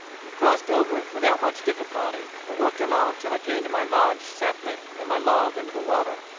i crossed over it without much difficulty, and worked along till i came to my lodged sapling and my log under the water.